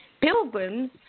Pilgrims